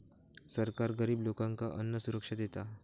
सरकार गरिब लोकांका अन्नसुरक्षा देता